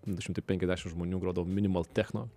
du šimtai penkiasdešim žmonių grodavo minimal techno